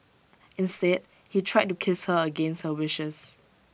instead he tried to kiss her against her wishes